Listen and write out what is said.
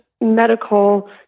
medical